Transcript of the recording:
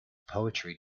poetry